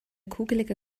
kugelige